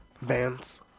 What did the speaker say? Vans